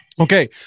Okay